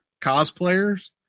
cosplayers